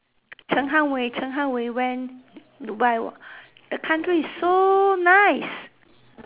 陈汉玮陈汉玮 went dubai !wah! the country is so nice